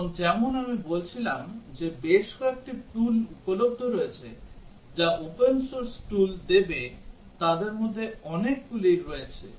এবং যেমন আমি বলছিলাম যে বেশ কয়েকটি tool উপলব্ধ রয়েছে যা open source tool দেবে তাদের মধ্যে অনেকগুলি রয়েছে